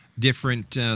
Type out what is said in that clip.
different